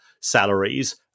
salaries